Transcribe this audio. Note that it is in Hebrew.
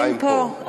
חיים פה.